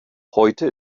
heute